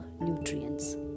nutrients